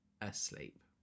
asleep